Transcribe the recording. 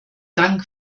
dank